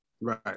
Right